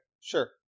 sure